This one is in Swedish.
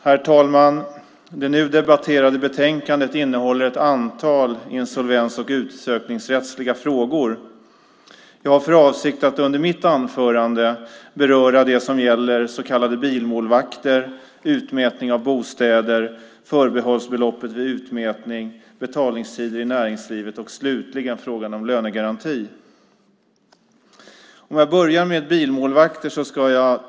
Herr talman! Det nu debatterade betänkandet innehåller ett antal insolvens och utsökningsrättsliga frågor. Jag har för avsikt att under mitt anförande beröra det som gäller så kallade bilmålvakter, utmätning av bostäder, förbehållsbeloppet vid utmätning, betalningstider i näringslivet och slutligen frågan om lönegaranti. Jag börjar med bilmålvakter.